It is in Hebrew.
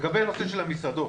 לגבי הנושא של המסעדות.